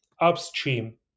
upstream